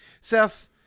Seth